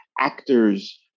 actors